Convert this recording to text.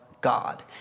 God